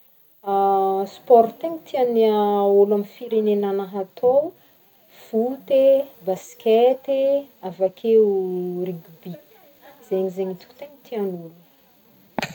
Sport tegna tiagn'ny olo amy firenegnagnahy atô foty e, basket e, avy akeo rugby, zegny zegny hitako tegna tian'olo.